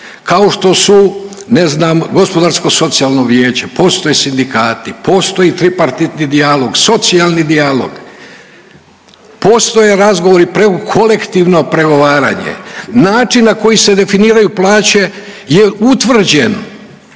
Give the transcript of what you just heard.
kao što su ne znam Gospodarsko-socijalno vijeće, postoje sindikati, postoji tripartitni dijalog, socijalni dijalog, postoje razgovori, kolektivno pregovaranje, način na koji se definiraju plaće je utvrđeno